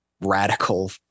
radical